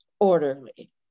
Orderly